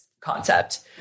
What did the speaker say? concept